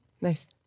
Nice